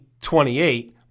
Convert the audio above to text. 28